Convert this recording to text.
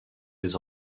des